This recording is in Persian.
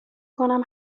کنم